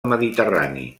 mediterrani